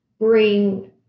bring